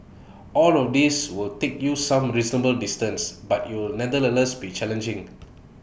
all of these will take you some reasonable distance but IT will nevertheless be challenging